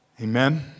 Amen